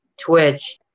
Twitch